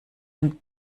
dem